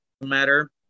matter